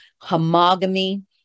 homogamy